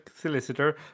solicitor